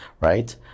right